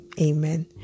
amen